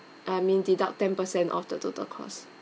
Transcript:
I mean deduct ten percent off the total cost